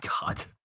God